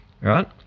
Right